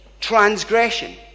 transgression